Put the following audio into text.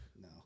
No